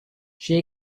she